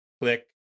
click